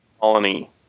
colony